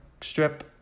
strip